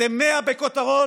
אתם מאה בכותרות,